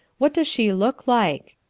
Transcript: what does she look like?